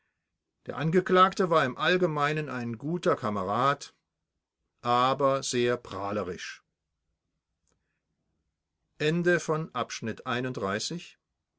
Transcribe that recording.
der angeklagte war im allgemeinen ein guter kamerad aber sehr prahlerisch